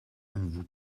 vous